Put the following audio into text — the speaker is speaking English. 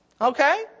Okay